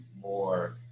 more